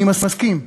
אני מסכים.